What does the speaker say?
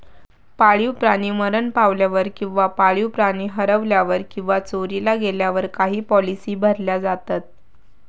पाळीव प्राणी मरण पावल्यावर किंवा पाळीव प्राणी हरवल्यावर किंवा चोरीला गेल्यावर काही पॉलिसी भरल्या जातत